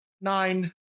nine